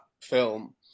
film